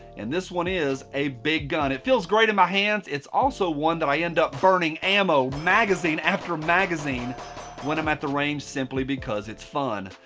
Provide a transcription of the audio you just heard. and this one is a big gun. it feels great in my hands. it's also one that i end up burning ammo magazine after magazine when i'm at the range simply because it's fun.